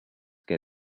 get